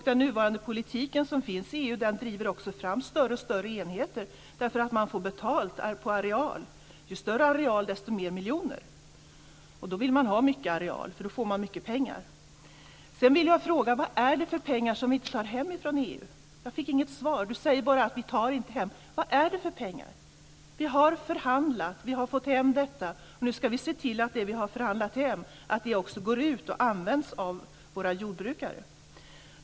Den nuvarande politiken i EU driver också fram allt större enheter, eftersom man får betalt efter arealen - ju större areal desto mer miljoner. Man vill ha mycket areal eftersom man då får mycket pengar. Sedan vill jag fråga vad det är för pengar som vi inte tar hem från EU. Jag fick inget svar. Ulla-Britt Hagström säger bara att vi inte tar hem dem. Vad är det för pengar? Vi har förhandlat. Vi har fått hem detta. Nu ska vi se till att det som vi har förhandlat hem också går ut och används av våra jordbrukare.